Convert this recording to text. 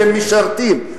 זה משרתים.